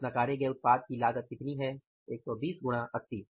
तो उस नकारे गए उत्पाद की लागत कितनी है 120 गुणा 80